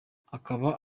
akaba